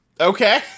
Okay